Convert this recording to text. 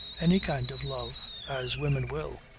any kind of love, as women will.